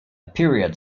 period